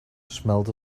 smelled